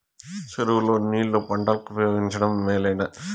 చెరువు లో నీళ్లు పంటలకు ఉపయోగించడం మేలేనా?